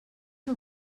que